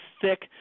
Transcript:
thick